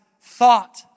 thought